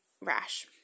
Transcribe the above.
rash